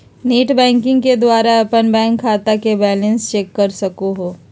net banking के द्वारा अपन बैंक खाता के बैलेंस चेक कर सको हो